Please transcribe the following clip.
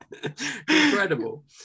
incredible